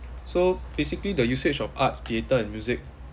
so basically the usage of arts theater and music